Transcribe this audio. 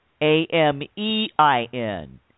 A-M-E-I-N